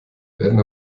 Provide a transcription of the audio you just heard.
werden